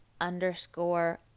underscore